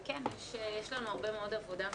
וכן, יש לנו הרבה מאוד עבודה,